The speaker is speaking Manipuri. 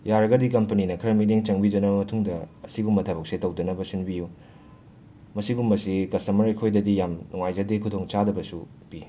ꯌꯥꯔꯒꯗꯤ ꯀꯝꯄꯅꯤꯅ ꯈꯔ ꯃꯤꯠꯌꯦꯡ ꯆꯪꯕꯤꯗꯨꯅ ꯃꯇꯨꯡꯗ ꯑꯁꯤꯒꯨꯝꯕ ꯊꯕꯛꯁꯦ ꯇꯧꯗꯅꯕ ꯁꯤꯟꯕꯤꯌꯨ ꯃꯁꯤꯒꯨꯝꯕꯁꯤ ꯀꯁꯇꯃꯔ ꯑꯩꯈꯣꯏꯗꯗꯤ ꯌꯥꯝ ꯅꯨꯡꯉꯥꯏꯖꯗꯦ ꯈꯨꯗꯣꯡꯆꯥꯗꯕꯁꯨ ꯄꯤ